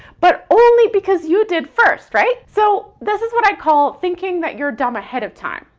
but only because you did first, right? so this is what i call thinking that you're dumb ahead of time.